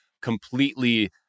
completely